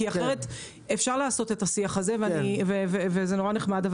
כי אחרת אפשר לעשות את השיח הזה וזה נורא נחמד,